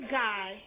guy